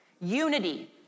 Unity